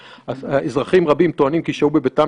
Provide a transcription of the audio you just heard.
עכשיו, עברו כבר כמה ימים.